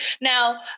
Now